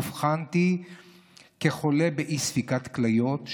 אובחנתי כחולה באי-ספיקת כליות,